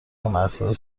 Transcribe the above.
مرزهای